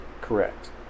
Correct